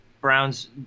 Browns